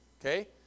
Okay